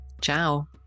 Ciao